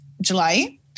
July